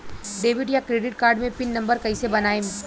Debit या credit card मे pin number कैसे बनाएम?